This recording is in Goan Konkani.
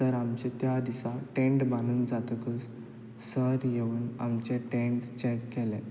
तर आमचें त्या दिसा टॅन्ट बांदून जातकच सर येवन आमचें टॅन्ट चॅक केलें